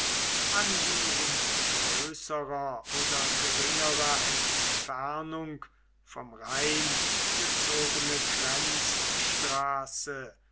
an die in größerer oder geringerer entfernung vom rhein gezogene